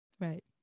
Right